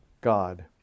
God